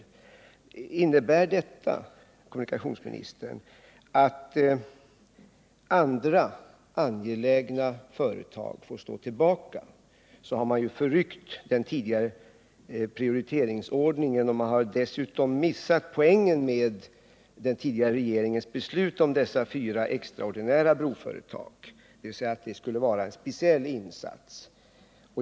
Om detta innebär, kommunikationsministern, att andra angelägna företag får stå tillbaka, så har man förryckt den tidigare prioriteringsordningen och dessutom missat poängen med den tidigare regeringens beslut om dessa fyra extraordinära broföretag, dvs. att det skulle vara en speciell insats.